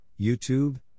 YouTube